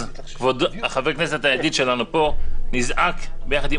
אז חבר הכנסת הידיד שלנו פה נזעק ביחד עם